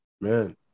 man